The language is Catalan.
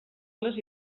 les